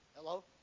Hello